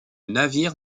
navire